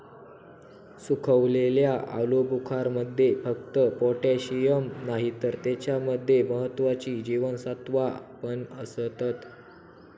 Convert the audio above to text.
सुखवलेल्या आलुबुखारमध्ये फक्त पोटॅशिअम नाही तर त्याच्या मध्ये महत्त्वाची जीवनसत्त्वा पण असतत